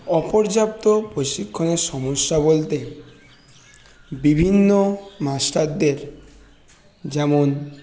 অপর্যাপ্ত প্রশিক্ষণের সমস্যা বলতে বিভিন্ন মাস্টারদের যেমন